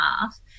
half